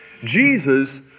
Jesus